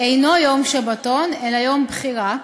אינו יום שבתון אלא יום בחירה,